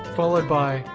followed by,